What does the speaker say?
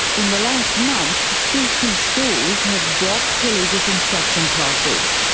in the last month, fifty schools have dropped religious instruction classes.